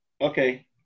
Okay